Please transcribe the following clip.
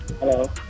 Hello